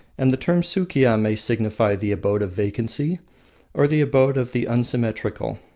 and the term sukiya may signify the abode of vacancy or the abode of the unsymmetrical.